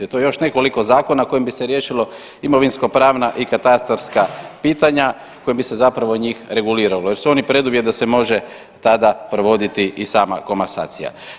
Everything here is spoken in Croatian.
To je još nekoliko zakona kojim bi se riješilo imovinskopravna i katastarska pitanja, kojim bi se zapravo njih reguliralo jer su oni preduvjet da se može tada provoditi i sama komasacija.